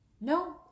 No